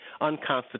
unconstitutional